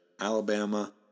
Alabama